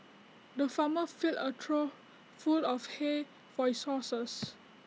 the farmer filled A trough full of hay for his horses